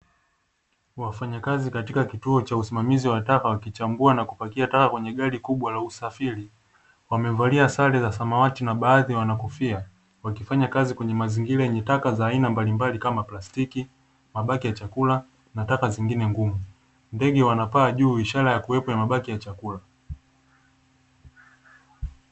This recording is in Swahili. Wafanyakazi katika kituo cha usimamizi wa taka wakichambua na kupakia taka kwenye gari kubwa la usafiri wamevalia sare za samawati na baadhi wana kofia, wakifanya kazi kwenye mazingira yenye taka za aina mbalimbali kama; plastiki, mabaki ya chakula na taka zingine ngumu. Ndege wanapaa juu ishara ya kuwepo na mabaki ya chakula.